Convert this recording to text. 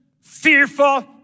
fearful